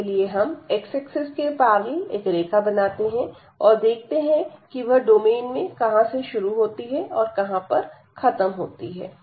इसके लिए हम xएक्सिस के पैरेलल एक रेखा बनाते हैं और देखते हैं कि वह डोमेन में कहां से शुरू होती है और कहां पर खत्म होती है